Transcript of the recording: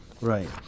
Right